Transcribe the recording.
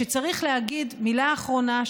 וצריך להגיד מילה אחרונה,